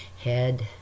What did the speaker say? head